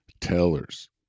tellers